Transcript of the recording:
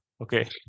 Okay